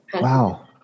wow